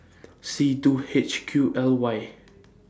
C two H Q L Y